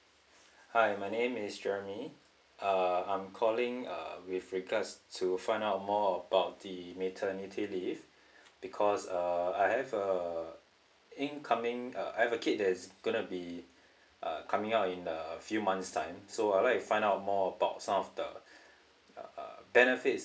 hi my name is Jeremy uh I'm calling uh with regards to find out more about the maternity leave because uh I've uh incoming uh I have a kid that is gonna be uh coming out in a few months time so I'd like to find out more about some of the uh benefits